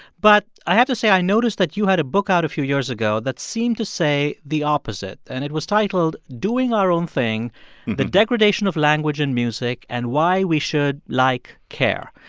but i have to say i noticed that you had a book out a few years ago that seemed to say the opposite, and it was titled doing our own thing the degradation of language in music and why we should, like, care.